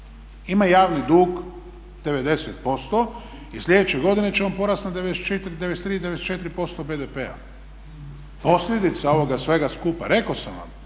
Ima javni dug 90% i sljedeće godine će on porasti na 93%, 94% BDP-a. Posljedica ovoga svega skupa rekao sam vam